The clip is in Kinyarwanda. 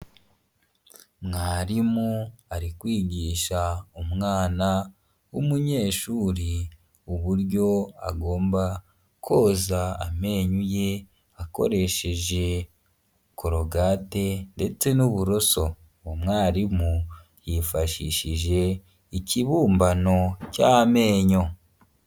Mwarimu ari kwigisha umwana w'umunyeshuri uburyo agomba koza amenyo ye, akoresheje korogate ndetse n'uburoso umwarimu yifashishije ikibumbano cy'amenyo.